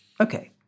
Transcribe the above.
Okay